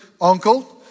uncle